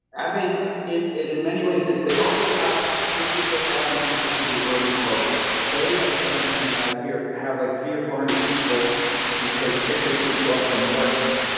i made it it in many ways as they also got fifty four thousand people to do early voting they and their parent union and here have like three or four hundred people who take six, eight weeks off from work.